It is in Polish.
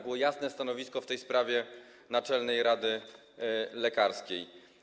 Było jasne stanowisko w tej sprawie Naczelnej Rady Lekarskiej.